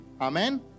amen